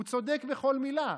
הוא צודק בכל מילה.